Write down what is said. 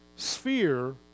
Sphere